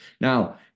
Now